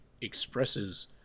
expresses